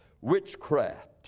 witchcraft